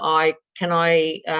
i can i